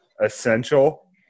essential